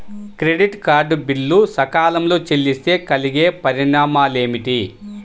Credit card bill సకాలంలో చెల్లిస్తే కలిగే పరిణామాలేమిటి?